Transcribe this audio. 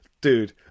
Dude